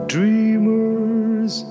Dreamers